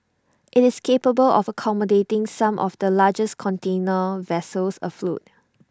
IT is capable of accommodating some of the largest container vessels afloat